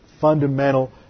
fundamental